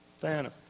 Diana